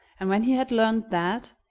and when he had learned that,